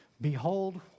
Behold